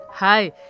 Hi